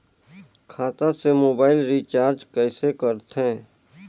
खाता से mobile recharge कइसे करथे